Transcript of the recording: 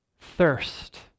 thirst